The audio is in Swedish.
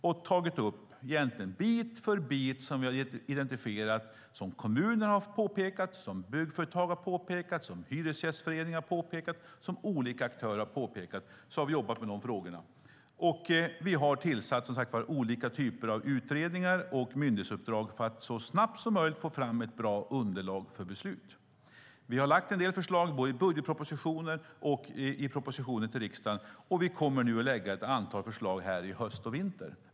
Vi har bit för bit tagit upp frågor som vi har identifierat och som kommuner, byggföretag, Hyresgästföreningen och andra aktörer har påpekat och jobbat med dem. Vi har tillsatt olika typer av utredningar och myndighetsuppdrag för att så snabbt som möjligt få fram ett bra underlag för beslut. Vi har lagt fram en del förslag, både i budgetpropositionen och i propositionen till riksdagen, och vi kommer att lägga fram ett antal förslag i höst och i vinter.